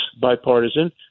bipartisan